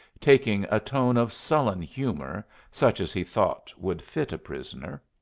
taking a tone of sullen humour, such as he thought would fit a prisoner.